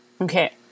Okay